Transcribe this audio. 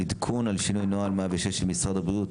עדכון על שינוי נוהל 106 של משרד הבריאות,